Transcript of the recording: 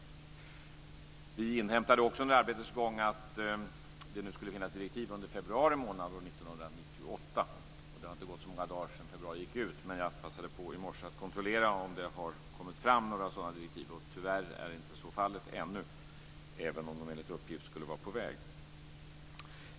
Utskottet inhämtade också under arbetets gång att det skulle finnas direktiv under februari månad år 1998. Det har inte gått så många dagar sedan februari gick ut, men i morse passade jag på att kontrollera om det hade kommit fram några sådana direktiv. Tyvärr är så inte fallet ännu, även om de enligt uppgift skall vara på väg. Herr talman!